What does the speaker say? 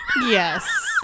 yes